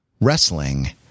Wrestling